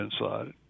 inside